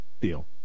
deal